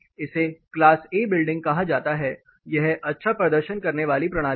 इसे class A building कहा जाता है यह अच्छा प्रदर्शन करने वाली प्रणाली हैं